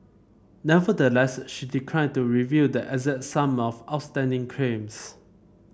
nevertheless she declined to reveal the exact sum of outstanding claims